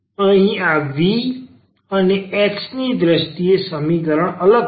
અહી આ v અને x ની દ્રષ્ટિએ સમીકરણ અલગ પડે છે